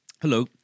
Hello